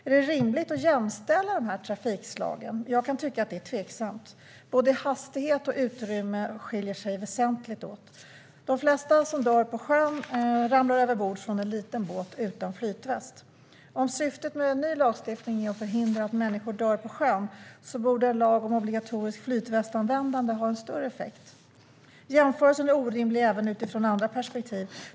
Är det rimligt att jämställa dessa båda trafikslag? Jag tycker att det är tveksamt. Både hastighet och utrymme skiljer sig väsentligt åt. De flesta som dör på sjön ramlar överbord från en liten båt och är utan flytväst. Om syftet med en ny lagstiftning är att förhindra att människor dör på sjön borde en lag om obligatorisk flytvästanvändande ha en större effekt. Jämförelsen är orimlig även utifrån andra perspektiv.